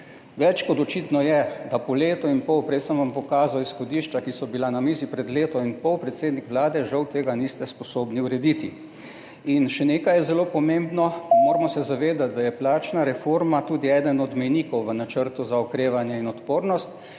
Več kot očitno je, da po letu in pol – prej sem vam pokazal izhodišča, ki so bila na mizi pred letom in pol –, predsednik Vlade, žal tega niste sposobni urediti. In še nekaj je zelo pomembno. Moramo se zavedati, da je plačna reforma tudi eden od mejnikov v načrtu za okrevanje in odpornost.